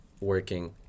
working